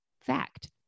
Fact